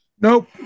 Nope